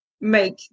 make